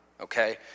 okay